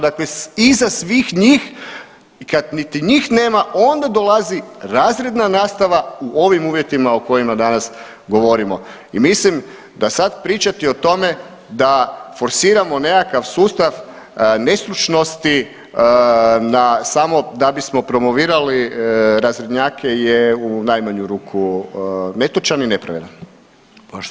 Dakle iza svih njih kad niti njih nema, onda dolazi razredna nastava u ovim uvjetima o kojima danas govorimo i mislim da sad pričati o tome da forsiramo nekakav sustav nestručnosti na samo da bismo promovirali razrednjake je u najmanju ruku netočan i nepravedan.